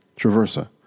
Traversa